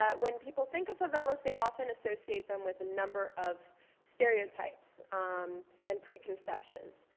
ah when people think of favelas, they often associate them with a number of stereotypes and preconceptions.